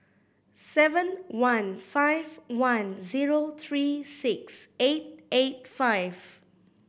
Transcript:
seven one five one zero three six eight eight five